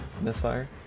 Misfire